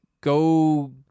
go